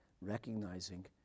recognizing